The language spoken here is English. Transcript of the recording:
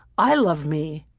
i love me